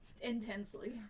Intensely